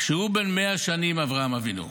כשהוא בן 100 שנים, אברהם אבינו,